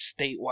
statewide